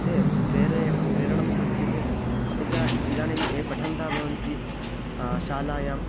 ते प्रेरेयेण प्रेरणं दद्युः अपि च इदानीं ये पठन्तः भवन्ति शालायाम्